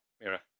Mira